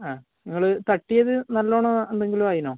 ആ നിങ്ങൾ തട്ടിയത് നല്ലോണം എന്തെങ്കിലും ആയിനോ